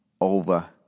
over